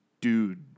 dude